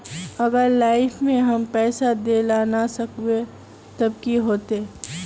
अगर लाइफ में हम पैसा दे ला ना सकबे तब की होते?